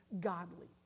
godly